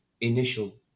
initial